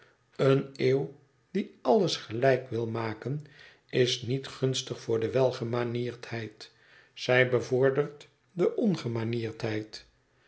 eene eeuw die alles gelijk wil maken is niet gunstig voor de welgemanierdheid zij bevordert de ongemanierdheid